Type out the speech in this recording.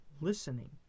listening